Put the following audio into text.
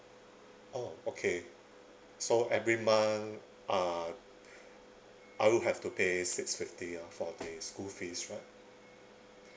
oh okay so every month uh I would have to pay six fifty ah for the school fees right